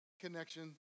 connection